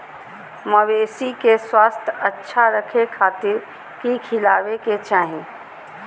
मवेसी के स्वास्थ्य अच्छा रखे खातिर की खिलावे के चाही?